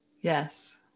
Yes